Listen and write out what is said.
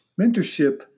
Mentorship